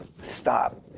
stop